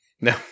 No